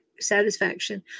satisfaction